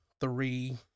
three